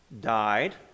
Died